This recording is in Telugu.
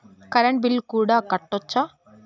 కరెంటు బిల్లు కూడా కట్టొచ్చా?